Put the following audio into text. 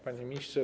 Panie Ministrze!